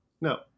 No